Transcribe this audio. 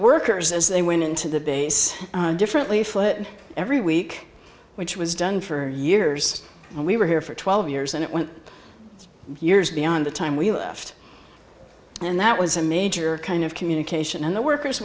workers as they went into the base differently foot every week which was done for years and we were here for twelve years and it went years beyond the time we left and that was a major kind of communication and the workers